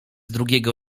drugiego